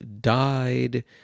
died